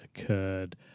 occurred